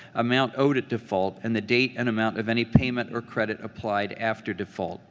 amount owed at default, and the date and amount of any payment or credit applied after default